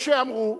יש שאמרו,